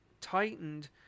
tightened